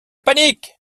panique